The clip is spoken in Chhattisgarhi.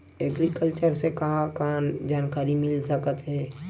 एग्रीकल्चर से का का जानकारी मिल सकत हे?